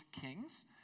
Kings